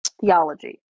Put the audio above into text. theology